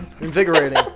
Invigorating